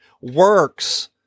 works